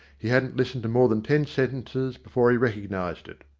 he hadn't listened to more than ten sentences before he recognized it.